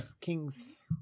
Kings